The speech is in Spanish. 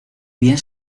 bien